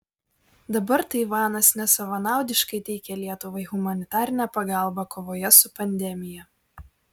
dabar taivanas nesavanaudiškai teikia lietuvai humanitarinę pagalbą kovoje su pandemija